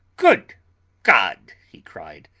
good god! he cried.